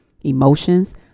emotions